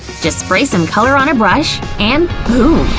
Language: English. just spray some color on a brush and boom!